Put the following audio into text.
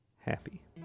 happy